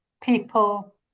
people